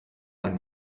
ein